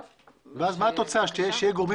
ואז מה התוצאה שיהיו גורמים